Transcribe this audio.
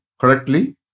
correctly